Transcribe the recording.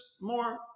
more